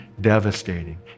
devastating